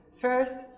First